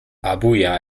abuja